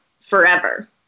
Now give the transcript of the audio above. forever